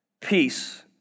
peace